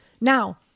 Now